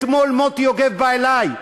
אתמול מוטי יוגב בא אלי,